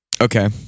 Okay